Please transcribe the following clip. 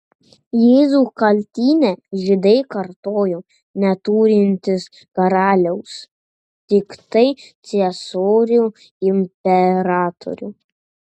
jėzų kaltinę žydai kartojo neturintys karaliaus tiktai ciesorių imperatorių